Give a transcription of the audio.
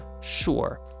Sure